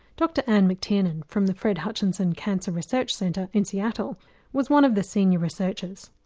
dr anne mctiernan, from the fred hutchinson cancer research center in seattle was one of the senior researchers.